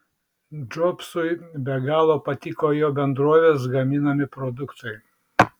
džobsui be galo patiko jo bendrovės gaminami produktai